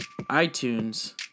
itunes